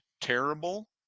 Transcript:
terrible